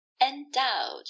endowed